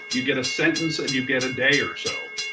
you get a sentence and you get a day or so,